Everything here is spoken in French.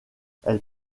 elle